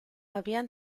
habían